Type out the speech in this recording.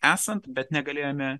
esant bet negalėjome